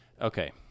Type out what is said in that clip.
Okay